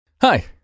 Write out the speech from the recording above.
Hi